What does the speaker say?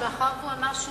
מאחר שהוא אמר שהוא